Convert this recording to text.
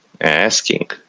asking